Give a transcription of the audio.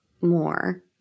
more